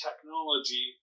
technology